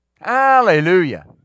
Hallelujah